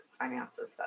finances